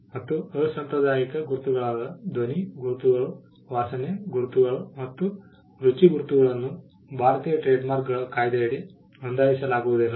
ಮತ್ತು ಅಸಾಂಪ್ರದಾಯಿಕ ಗುರುತುಗಳಾದ ಧ್ವನಿ ಗುರುತುಗಳು ವಾಸನೆ ಗುರುತುಗಳು ಮತ್ತು ರುಚಿ ಗುರುತುಗಳನ್ನು ಭಾರತೀಯ ಟ್ರೇಡ್ಮಾರ್ಕ್ಗಳ ಕಾಯ್ದೆಯಡಿ ನೋಂದಾಯಿಸಲಾಗುವುದಿಲ್ಲ